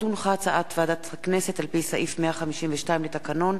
הצעת ועדת הכנסת על-פי סעיף 152 לתקנון